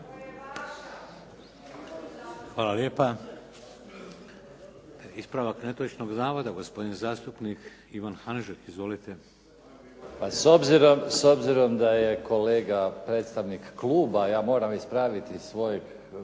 Hvala lijepa. Ispravak netočnog navoda, gospodin zastupnik Ivan Hanžek. Izvolite. **Hanžek, Ivan (SDP)** Pa s obzirom da je kolega predstavnik kluba, ja moram ispraviti svog